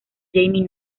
jamie